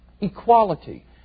equality